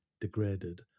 degraded